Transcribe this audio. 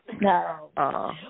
no